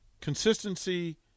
consistency